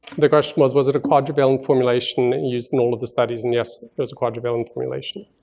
the question was, was it a quadrivalent formulation used in all of the studies. and yes, it was a quadrivalent formulation.